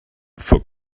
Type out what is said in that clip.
for